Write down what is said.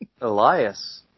Elias